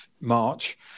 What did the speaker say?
March